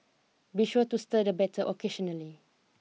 be sure to stir the batter occasionally